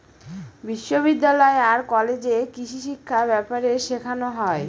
বিশ্ববিদ্যালয় আর কলেজে কৃষিশিক্ষা ব্যাপারে শেখানো হয়